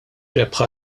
rebħa